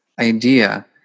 idea